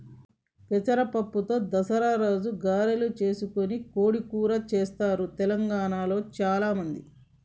పెసర పప్పుతో దసరా రోజు గారెలు చేసుకొని కోడి కూర చెస్తారు తెలంగాణాల చాల మంది